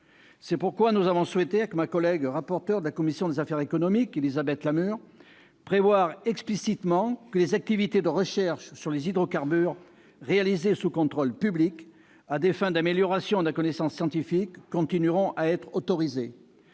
C'est pourquoi nous avons souhaité, avec ma collègue rapporteur de la commission des affaires économiques, Mme Élisabeth Lamure, prévoir explicitement que les activités de recherche sur les hydrocarbures réalisées sous contrôle public à des fins d'amélioration de la connaissance scientifique continueront à être autorisées.